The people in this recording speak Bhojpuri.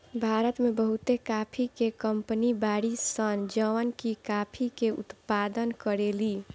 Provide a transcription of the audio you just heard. भारत में बहुते काफी के कंपनी बाड़ी सन जवन की काफी के उत्पादन करेली